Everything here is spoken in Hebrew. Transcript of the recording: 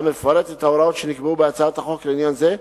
המפרט את ההוראות שנקבעו בהצעת החוק לעניין זה,